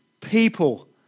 people